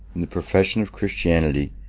in the profession of christianity,